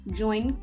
join